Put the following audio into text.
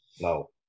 No